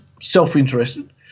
self-interested